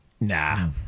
Nah